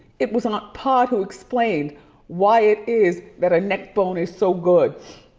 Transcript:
it was aunt pod who explained why it is that a neck bone is so good.